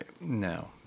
no